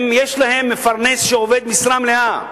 יש להם מפרנס שעובד משרה מלאה.